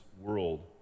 world